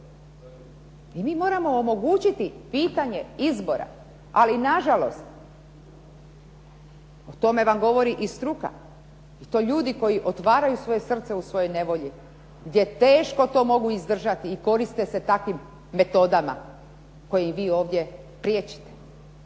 mi moramo omogućiti pitanje izbora ali na žalost o tome vam govori i struka i to ljudi koji otvaraju svoje srce u svojoj nevolji gdje teško to mogu izdržati i koriste se takvim metodama koje im vi ovdje priječite.